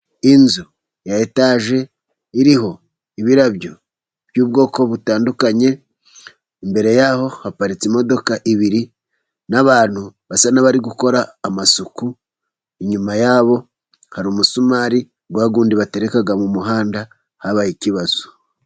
Inzu ya etaje, iriho ibirabyo by'ubwoko butandukanye, imbere yaho haparitse imodoka ebyiri, n'abantu basa n'abari gukora amasuku, inyuma yabo hari umusumari, wa wundi batereka mu muhanda, habaye ikibazo.